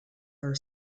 are